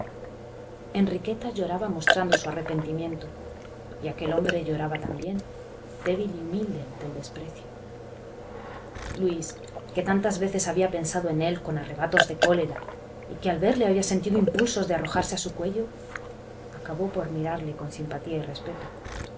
enriqueta lloraba mostrando su arrepentimiento y aquel hombre lloraba también débil y humilde ante el desprecio luis que tantas veces había pensado en él con arrebatos de cólera y que al verle había sentido impulsos de arrojarse a su cuello acabó por mirarle con simpatía y respeto